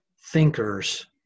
thinkers